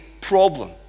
problem